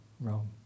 Rome